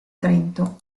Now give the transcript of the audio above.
trento